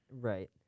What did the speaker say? Right